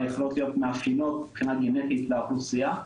יכולות להיות מאפיינות מבחינה גנטית לאוכלוסייה.